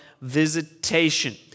visitation